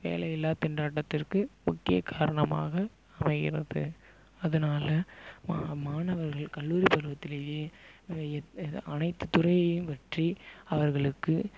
வேலையில்லா திண்டாட்டத்திற்கு முக்கிய காரணமாக அமைகிறது அதனால் மா மாணவர்கள் கல்லூரி பருவத்திலயே அனைத்து துறையையும் பற்றி அவர்களுக்கு